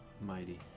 mighty